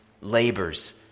labors